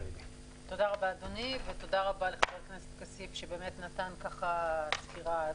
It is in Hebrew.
אדוני ותודה לחבר הכנסת כסיף שנתן סקירה.